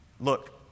look